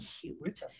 cute